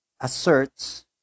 asserts